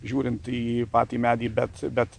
žiūrint į patį medį bet bet